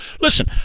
Listen